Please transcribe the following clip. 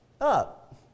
up